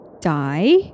die